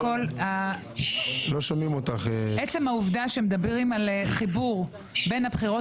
עצם העובדה שמדברים על חיבור בין הבחירות